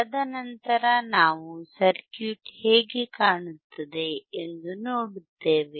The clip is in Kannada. ತದನಂತರ ನಾವು ಸರ್ಕ್ಯೂಟ್ ಹೇಗೆ ಕಾಣುತ್ತದೆ ಎಂದು ನೋಡುತ್ತೇವೆ